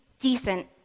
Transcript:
decent